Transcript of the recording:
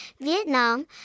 Vietnam